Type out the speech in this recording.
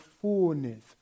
fullness